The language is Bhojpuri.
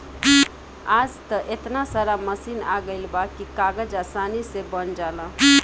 आज त एतना सारा मशीन आ गइल बा की कागज आसानी से बन जाला